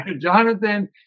Jonathan